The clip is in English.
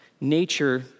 nature